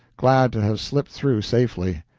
glad to have slipped through safely.